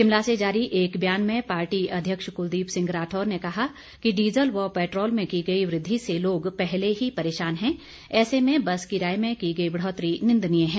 शिमला से जारी एक ब्यान में पार्टी अध्यक्ष कुलदीप सिंह राठौर ने कहा कि डीजल व पैट्रोल में की गई वृद्धि से लोग पहले ही परेशान है ऐसे में बस किराये में की गई बढ़ौतरी निंदनीय है